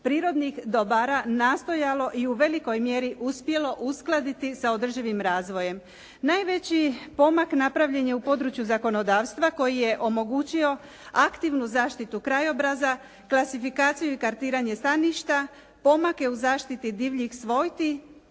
prirodnih dobara nastojalo i u velikoj mjeri uspjelo uskladiti sa održivim razvojem. Najveći pomak napravljen je u području zakonodavstva koji je omogućio aktivnu zaštitu krajobraza, klasifikaciju i kartiranje staništa, pomake u zaštiti divljih svojti,